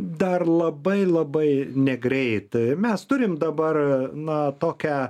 dar labai labai negreit mes turim dabar na tokią